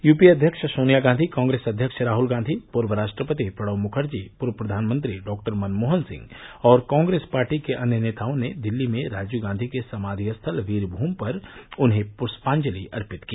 UPA अध्यक्ष सोनिया गांधी कांग्रेस अध्यक्ष राहुल गांधी पूर्व राष्ट्रपति प्रणव मुखर्जी पूर्व प्रधानमंत्री डॉक्टर मनमोहन सिंह और कांग्रेस पार्टी के अन्य नेताओं ने दिल्ली में राजीव गांधी के समाधि स्थल वीर भूमि पर उन्हें पुष्पांजलि अर्पित की